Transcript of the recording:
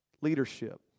leadership